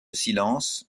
silence